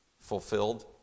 fulfilled